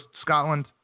Scotland